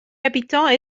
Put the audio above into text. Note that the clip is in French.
habitants